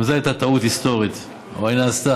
גם זו הייתה טעות היסטורית, אבל היא נעשתה.